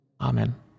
Amen